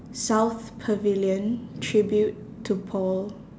south pavilion tribute to paul